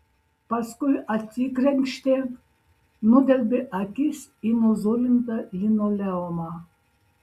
paskui atsikrenkštė nudelbė akis į nuzulintą linoleumą